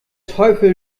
teufel